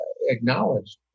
acknowledged